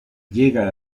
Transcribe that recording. llega